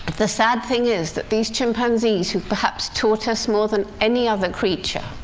the sad thing is that these chimpanzees who've perhaps taught us, more than any other creature,